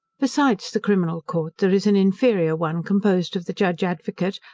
besides the criminal court, there is an inferior one composed of the judge advocate,